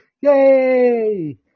Yay